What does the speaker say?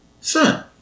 Son